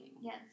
Yes